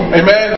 amen